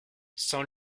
sans